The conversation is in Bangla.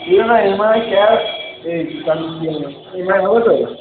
হবে তো